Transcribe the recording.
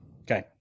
okay